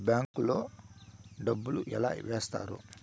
bank లో డబ్బులు ఎలా వేస్తారు